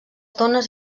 dones